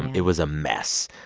it was a mess.